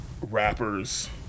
rappers